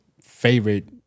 favorite